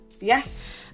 Yes